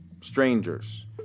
strangers